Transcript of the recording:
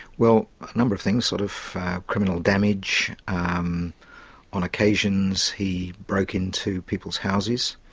well a number of things sort of criminal damage, um on occasions he broke into people's houses,